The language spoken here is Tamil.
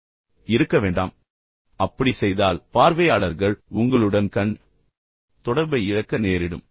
எனவே நீங்கள் மீண்டும் திரையைப் பார்த்து எல்லா நேரத்திலும் பிபிடி கொடுக்கிறீர்கள் என்றால் பார்வையாளர்கள் உங்களுடன் கண் தொடர்பை இழக்க நேரிடும்